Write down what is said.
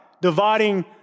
dividing